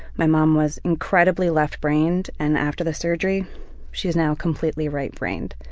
my mom was incredibly left-brained, and after the surgery she's now completely right brained.